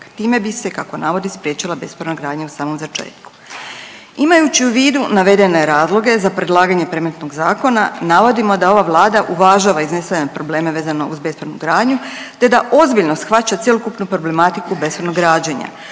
Time bi se kako navodi spriječila bespravna gradnja u samom začetku. Imajući u vidu navedene razloga za predlaganje predmetnog zakona navodimo da ova Vlada uvažava iznesene probleme vezano uz bespravnu gradnju, te da ozbiljno shvaća cjelokupnu problematiku bespravnog građenja